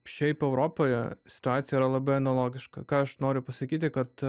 šiaip europoje situacija yra labai analogiška ką aš noriu pasakyti kad